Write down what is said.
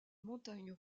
montagnes